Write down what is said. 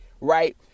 right